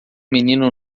menino